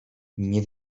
nie